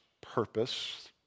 purpose